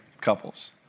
couples